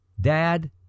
dad